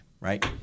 right